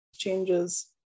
changes